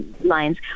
lines